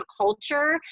culture